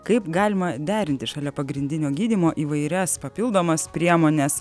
kaip galima derinti šalia pagrindinio gydymo įvairias papildomas priemones